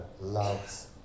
loves